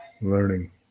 Learning